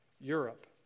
Europe